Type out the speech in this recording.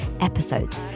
episodes